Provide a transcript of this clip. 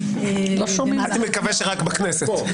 אני מקווה שרק בכנסת...